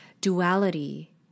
duality